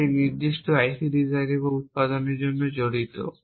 যা একটি নির্দিষ্ট আইসি ডিজাইন এবং উত্পাদনের সময় জড়িত